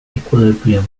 equilibrium